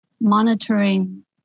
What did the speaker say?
monitoring